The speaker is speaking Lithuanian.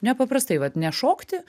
nepaprastai vat ne šokti